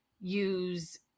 use